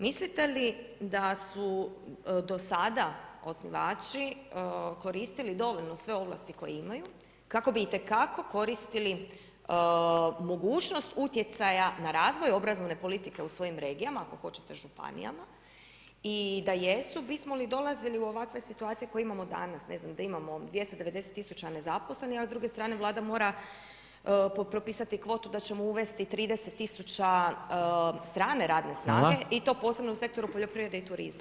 Mislite li da su do sada osnivači koristili dovoljno sve ovlasti koje imaju kako bi itekako koristili mogućnost utjecaja na razvoj obrazovne politike u svojim regijama, ako hoćete županijama, i da jesu bismo li dolazili u ovakve situacije koje imamo danas, ne znam da imamo 290 tisuća nezaposlenih, a s druge strane Vlada mora propisati kvotu da ćemo uvesti 30 tisuća strane radne snage i to posebno u sektoru poljoprivrede i turizma.